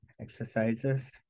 exercises